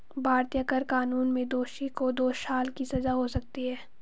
भारतीय कर कानून में दोषी को दो साल की सजा हो सकती है